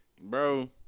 Bro